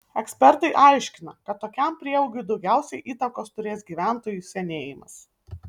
ekspertai aiškina kad tokiam prieaugiui daugiausiai įtakos turės gyventojų senėjimas